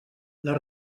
les